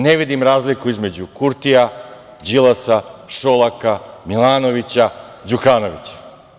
Ne vidim razliku između Kurtija, Đilasa, Šolaka, Milanovića, Đukanovića.